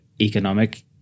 economic